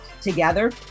together